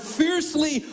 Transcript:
fiercely